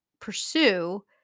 pursue